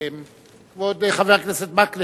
כבוד חבר הכנסת מקלב,